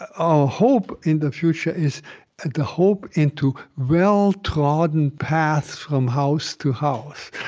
our hope in the future is the hope into well-trodden paths from house to house,